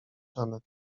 janet